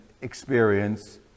experience